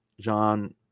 John